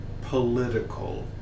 political